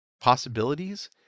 possibilities